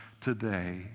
today